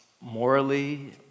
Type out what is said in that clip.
morally